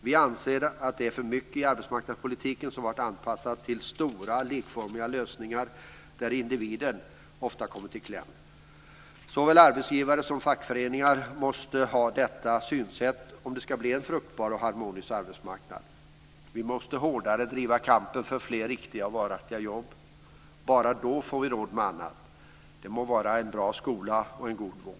Vi anser att det är för mycket i arbetsmarknadspolitiken som har varit anpassat till stora, likformiga lösningar där individen ofta har kommit i kläm. Såväl arbetsgivare som fackföreningar måste ha detta synsätt om det ska bli en fruktbar och harmonisk arbetsmarknad. Vi måste hårdare driva kampen för fler riktiga, varaktiga jobb. Bara då får vi råd med annat, det må vara en bra skola och en god vård.